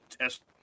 test